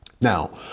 Now